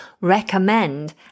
recommend